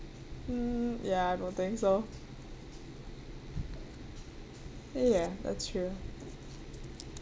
mm ya I don't think so ya that's true